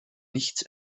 nichts